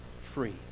free